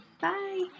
Bye